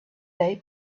day